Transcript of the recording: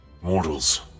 mortals